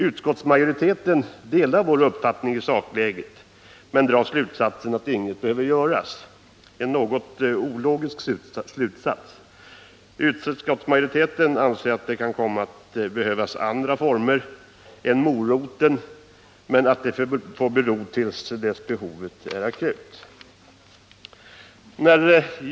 Utskottsmajoriteten delar vår uppfattning när det gäller sakläget, men drar slutsatsen att inget behöver göras — en något ologisk slutsats. Utskottsmajoriteten anser att det kan komma att behövas andra medel än moroten, men att det får bero med dessa tills behovet aktualiseras.